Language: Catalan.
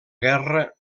guerra